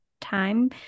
time